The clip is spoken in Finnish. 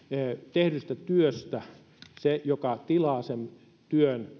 tehdystä työstä maksaa se joka tilaa sen työn